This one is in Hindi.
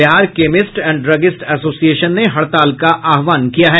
Bihar chemist and druggist association ने हड़ताल का आहवान किया है